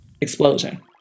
explosion